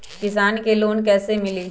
किसान के लोन कैसे मिली?